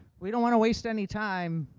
we don't want to waste any time.